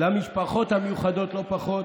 למשפחות המיוחדות, לא פחות,